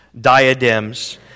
diadems